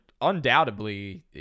undoubtedly